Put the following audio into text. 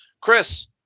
Chris